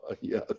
yes